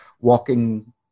walking